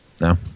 No